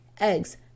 eggs